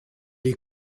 est